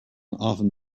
often